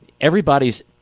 everybody's